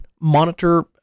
monitor